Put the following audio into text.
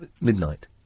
midnight